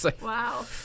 Wow